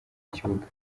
ikibuga